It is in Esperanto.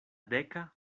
deka